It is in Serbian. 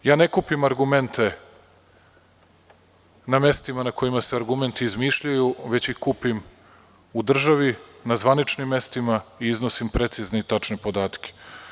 Ja ne kupim argumente na mestima na kojima se argumenti izmišljaju, već ih kupim u državi na zvaničnim mestima i iznosim precizne i tačne podatke.